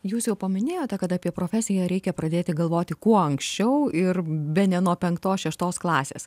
jūs jau paminėjote kad apie profesiją reikia pradėti galvoti kuo anksčiau ir bene nuo penktos šeštos klasės